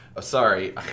sorry